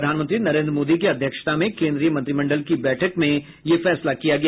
प्रधानमंत्री नरेन्द्र मोदी की अध्यक्षता में केन्द्रीय मंत्रिमंडल की बैठक में यह फैसला किया गया